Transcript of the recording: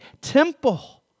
temple